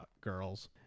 girls